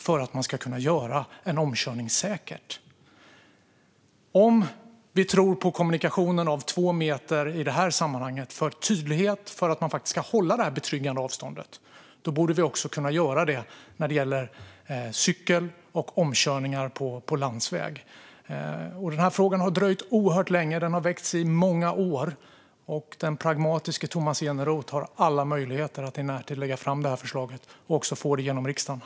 Om vi när det gäller coronapandemin tror på kommunikationen av två meter för tydlighet gällande att man faktiskt ska hålla detta betryggande avstånd borde vi också kunna göra det när det gäller cykel och omkörningar på landsväg. Den här frågan har dröjt oerhört länge och har väckts i många år. Den pragmatiske Tomas Eneroth har alla möjligheter att i närtid lägga fram det här förslaget och också få igenom det i riksdagen.